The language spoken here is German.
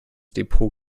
depot